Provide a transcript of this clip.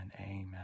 amen